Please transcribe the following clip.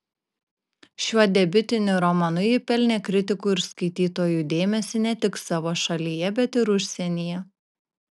šiuo debiutiniu romanu ji pelnė kritikų ir skaitytojų dėmesį ne tik savo šalyje bet ir užsienyje